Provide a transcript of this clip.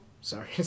Sorry